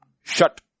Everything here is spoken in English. Shut